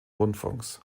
rundfunks